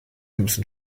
müssen